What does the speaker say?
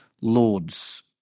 Lord's